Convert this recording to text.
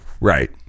Right